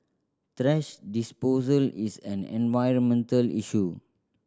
thrash disposal is an environmental issue